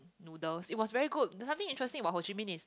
noodles it was very good something interesting about Ho Chi Minh is